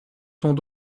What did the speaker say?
sont